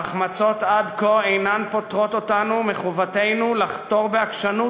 ההחמצות עד כה אינן פוטרות אותנו מחובתנו לחתור בעקשנות